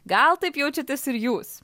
gal taip jaučiatės ir jūs